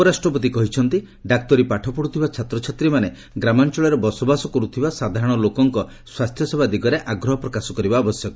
ଉପରାଷ୍ଟ୍ରପତି କହିଛନ୍ତି ଡାକ୍ତରୀ ପାଠପଢୁଥିବା ଛାତ୍ରଛାତ୍ରୀମାନେ ଗ୍ରାମାଞ୍ଞଳରେ ବସବାସ କରୁଥିବା ସାଧାରଶ ଲୋକଙ୍କ ସ୍ୱାସ୍ସ୍ୟସେବା ଦିଗରେ ଆଗ୍ରହ ପ୍ରକାଶ କରିବା ଆବଶ୍ୟକ